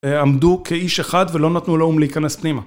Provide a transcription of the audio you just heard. עמדו כאיש אחד ולא נתנו לאו"ם להיכנס פנימה